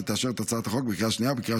ותאשר את הצעת החוק בקריאה שנייה ובקריאה